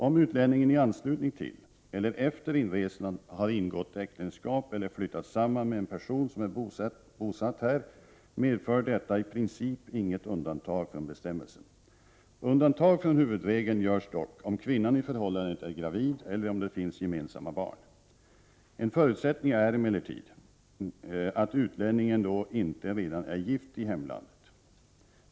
Om utlänningen i anslutning till eller efter inresan har ingått äktenskap eller flyttat samman med en person som är bosatt här medför detta iprincip inget undantag från bestämmelsen. Undantag från huvudregeln görs dock om kvinnan i förhållandet är gravid eller om det finns gemensamma barn. En förutsättning är emellertid då att utlänningen inte redan är gift i hemlandet.